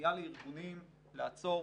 פנייה לארגונים לעצור